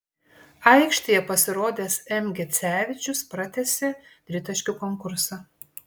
aikštėje pasirodęs m gecevičius pratęsė tritaškių konkursą